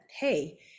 hey